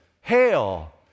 hail